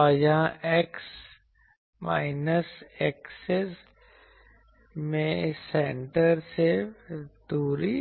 और यहां x axis में सेंटर से दूरी